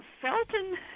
Felton